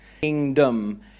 Kingdom